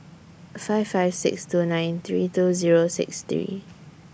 five five six two nine three two Zero six three